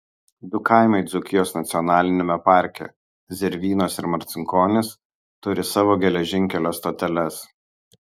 du kaimai dzūkijos nacionaliniame parke zervynos ir marcinkonys turi savo geležinkelio stoteles